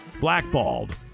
Blackballed